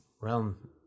realm